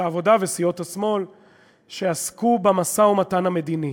העבודה וסיעות השמאל שעסקה במשא-ומתן המדיני.